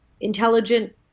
intelligent